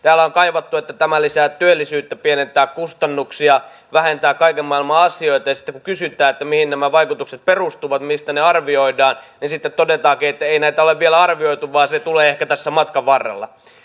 täällä on kaivattu että tämä lisää työllisyyttä pienentää kustannuksia vähentää kaiken maailman asioita mutta sitten kun kysytään mihin nämä vaikutukset perustuvat mistä ne arvioidaan niin sitten todetaankin että ei näitä ole vielä arvioitu vaan se tulee ehkä tässä matkan varrella